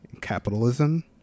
capitalism